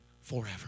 forever